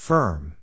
Firm